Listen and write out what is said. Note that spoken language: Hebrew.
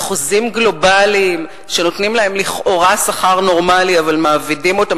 בחוזים גלובליים שנותנים להם לכאורה שכר נורמלי אבל מעבידים אותם